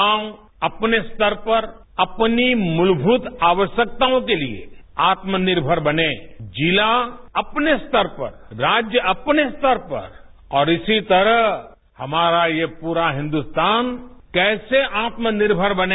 गांव अपने स्तर पर अपनी मुलभुत आवश्यकताओं के लिए आत्मनिर्भर बनेए जिला अपने स्तर परए राज्य अपने स्तर पर और इसी तरह हमारा ये पूरा हिन्दुस्तान कैसे आत्मनिर्भर बने